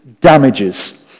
damages